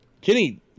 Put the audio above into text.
kenny